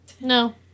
no